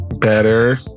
better